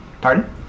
Pardon